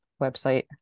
website